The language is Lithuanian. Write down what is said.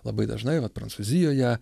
labai dažnai vat prancūzijoje